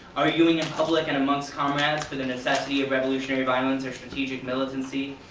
arguing in public and among comrades for the necessity of revolutionary violence or strategic militancy,